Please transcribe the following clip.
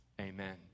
amen